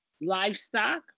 livestock